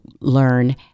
learn